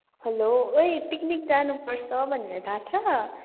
hello ओए picnic जानुपर्छ भनेर थाहा छ